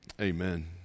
amen